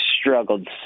struggled